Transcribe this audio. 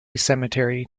cemetery